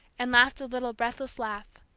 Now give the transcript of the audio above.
and laughed a little breathless laugh.